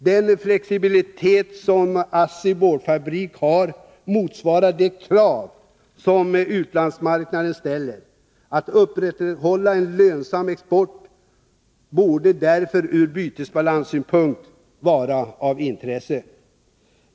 Den flexibilitet som ASSI:s boardfabrik har motsvarar de krav som utlandsmarknaden ställer. Att upprätthålla en lönsam export borde därför ur bytesbalanssynpunkt vara av intresse.